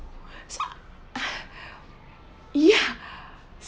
so uh ya